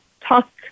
talk